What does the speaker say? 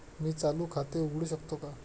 मी चालू खाते उघडू शकतो का?